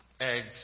eggs